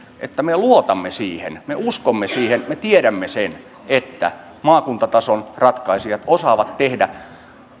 että me luotamme siihen me uskomme siihen me tiedämme sen että maakuntatason ratkaisijat osaavat tehdä